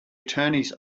attorneys